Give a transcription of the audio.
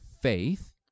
faith—